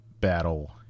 Battle